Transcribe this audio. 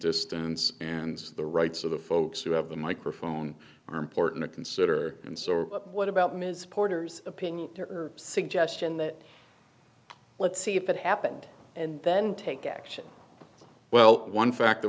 distance and the rights of the folks who have the microphone are important to consider and so what about ms porter's opinion or suggestion that let's see if it happened and then take action well one fact